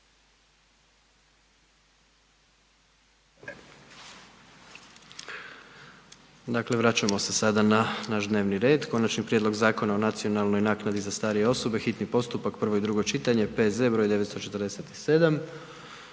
Dakle, vraćamo se sada na naš dnevni red Konačni prijedlog Zakona o nacionalnoj naknadi za starije osobe, hitni postupak, prvo i drugo čitanje, P.Z. br. 947.